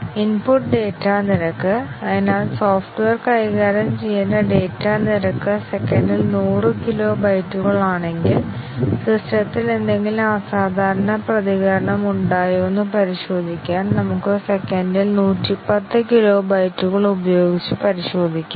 input data നിരക്ക് അതിനാൽ software കൈകാര്യം ചെയ്യേണ്ട ഡാറ്റ നിരക്ക് സെക്കൻഡിൽ 100 കിലോ ബൈറ്റുകളാണെങ്കിൽ സിസ്റ്റത്തിൽ എന്തെങ്കിലും അസാധാരണ പ്രതികരണം ഉണ്ടോയെന്ന് പരിശോധിക്കാൻ നമുക്ക് സെക്കൻഡിൽ 110 കിലോ ബൈറ്റുകൾ ഉപയോഗിച്ച് പരിശോധിക്കാം